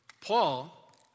Paul